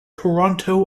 toronto